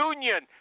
Union